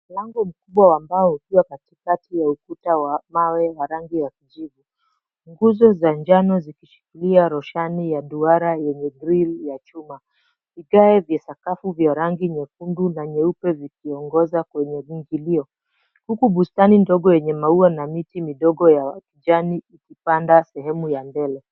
Mlango mkubwa wa mbao ukiwa katikati ya ukuta wa mawe ya rangi ya kijivu, nguzo za njano zikishikilia roshani ya duara yenye grill ya chuma, vigae vya sakafu vya rangi nyekundu na nyeupe vikiongoza kwenye kiingilio huku bustani ndogo yenye mau na miti midogo ya kijani ikipanda sehemu ya mbele.